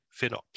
FinOps